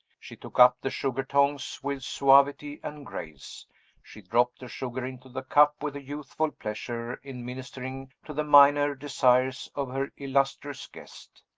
she took up the sugar-tongs with suavity and grace she dropped the sugar into the cup with a youthful pleasure in ministering to the minor desires of her illustrious guest.